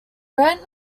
grant